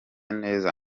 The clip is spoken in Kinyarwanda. neza